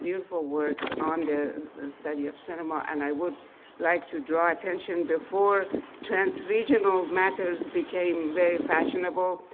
beautiful works on the study of cinema and i would like to draw attention before transregional matters became very fashionable,